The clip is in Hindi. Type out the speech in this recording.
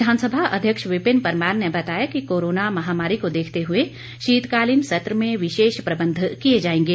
विधानसभा अध्यक्ष विपिन परमार ने बताया कि कोरोना महामारी को देखते हुए शीतकालीन सत्र में विशेष प्रबंध किए जाएंगे